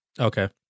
Okay